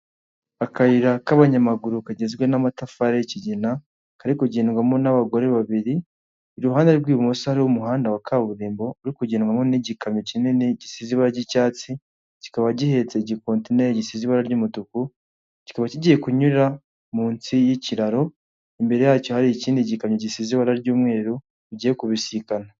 Akayira k'abanyamaguru kagizwe n'amatafari y’ikigina, kari kugendwamo n'abagore babiri iruhande rw'ibumoso hariho umuhanda wa kaburimbo uri kugendwamo ,n'igikamyo kinini gisize ibara ry'icyatsi, kikaba gihetse igiikontineri gisize ibara ry'umutuku, kikaba kigiye kunyura munsi y'ikiraro imbere yacyo hari ikindi gikamyo gisize ibara ry'umweru, bigiye kubisikana.